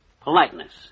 Politeness